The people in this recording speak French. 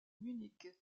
munich